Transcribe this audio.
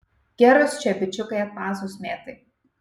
gerus čia bičiukai atmazus mėtai